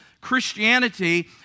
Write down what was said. Christianity